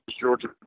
Georgia